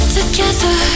Together